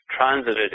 transited